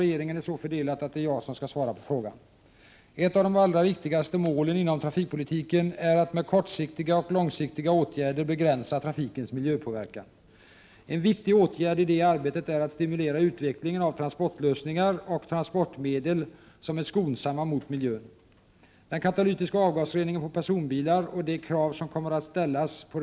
Den 8 september beslutade regeringen föreslå att denna kommitté också skulle utreda vilka lagändringar som behövs för att ”kommunerna skall kunna fatta beslut om åtgärder som förbjuder eller inskränker biltrafiken vid speciellt svåra luftföroreningssituationer”.